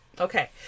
Okay